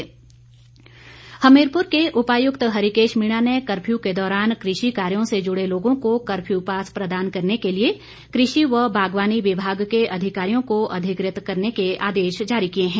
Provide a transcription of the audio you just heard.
हरिकेश मीणा हमीरपुर के उपायुक्त हरिकेश मीणा ने कर्फ्यू के दौरान कृषि कार्यो से जुड़े लोगों को कर्फ्यू पास प्रदान करने के लिए कृषि व बागवानी विभाग के अधिकारियों को अधिकृत करने के आदेश जारी किये हैं